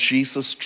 Jesus